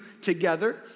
together